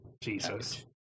Jesus